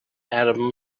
atom